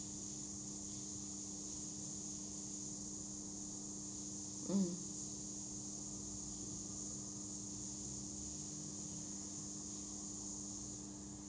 mm